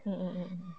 mm mm mm mm mm